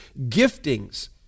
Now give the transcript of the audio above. giftings